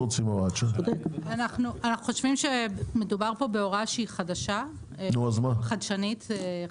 מדובר פה בהוראה חדשה, חדשנית.